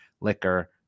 liquor